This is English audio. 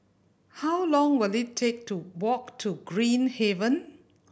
how long will it take to walk to Green Haven